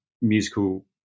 musical